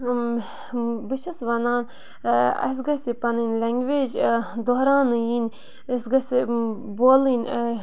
بہٕ چھَس وَنان اَسہِ گَژھِ پَنٕنۍ لینٛگویج دۄہراونہٕ یِنۍ أسۍ گَژھِ بولٕنۍ